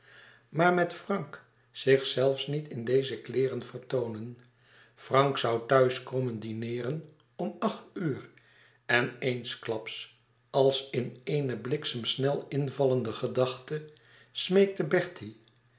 maar met frank zich zelfs niet in deze kleêren vertoonen frank zoû thuis komen dineeren om acht uur en eensklaps als in eene bliksemsnel invallende gedachte smeekte